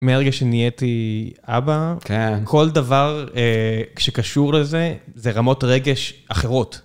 מהרגע שנהייתי אבא, כל דבר שקשור לזה, זה רמות רגש אחרות.